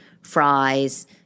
fries